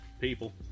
people